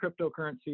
cryptocurrency